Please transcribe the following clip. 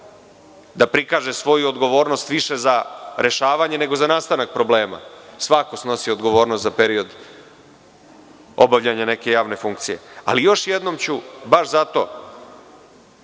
da prikaže svoju odgovornost više za rešavanje, nego za nastanak problema. Svako snosi odgovornost za period obavljanja neke javne funkcije. Još jednom ću, baš zato